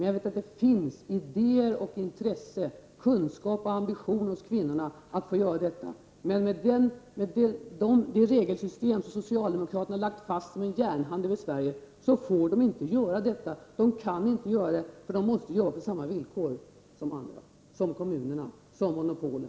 Jag vet att det finns idéer, intresse, kunskap och ambition hos kvinnorna att få göra detta. Med det regelsystem som socialdemokraterna har lagt fast som en järnhand över Sverige får de inte göra detta. De kan inte göra detta, eftersom de måste jobba på samma villkor som andra, kommunerna och monopolen.